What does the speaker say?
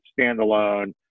standalone